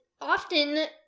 often